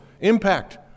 impact